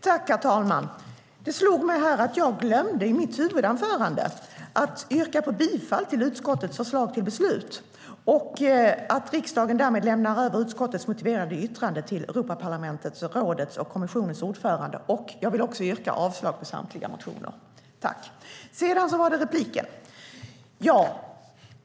Herr talman! Det slog mig att jag i mitt huvudanförande glömde att yrka bifall till utskottets förslag till beslut och att riksdagen därmed lämnar över utskottets motiverade yttrande till Europaparlamentets, rådets och kommissionens ordförande. Jag vill också yrka avslag på samtliga motioner.